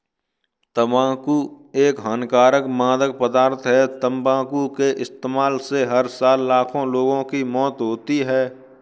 तंबाकू एक हानिकारक मादक पदार्थ है, तंबाकू के इस्तेमाल से हर साल लाखों लोगों की मौत होती है